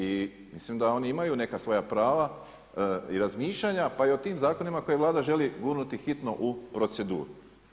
I mislim da oni imaju neka svoja prava i razmišljanja, pa i o tim zakonima koje Vlada želi gurnuti hitno u proceduru.